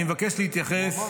אני מבקש להתייחס